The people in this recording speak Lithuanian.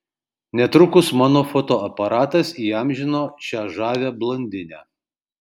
netrukus mano fotoaparatas įamžino šią žavią blondinę